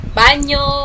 banyo